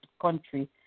country